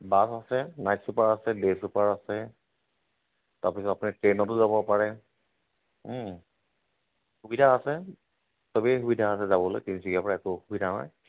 bus আছে night super আছে day super আছে তাৰপিছত আপুনি ট্ৰেইনতো যাব পাৰে সুবিধা আছে চবেই সুবিধা আছে যাবলৈ তিনিচুকীয়াৰ পৰা একো অসুবিধা হয়